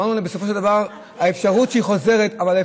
אמרנו להם: בסופו של דבר האפשרות שהיא חוזרת לעבודה,